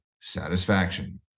satisfaction